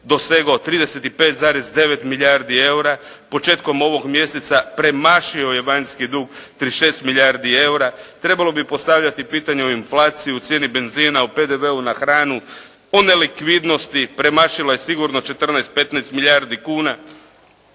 dosegao 35,9 milijardi eura, početkom ovog mjeseca premašio je vanjski dug 36 milijardi eura. Trebalo bi postavljati pitanje o inflaciji, cijeni benzina, o PDV-u na hranu, o nelikvidnosti premašila je sigurno 14, 15 milijardi kuna,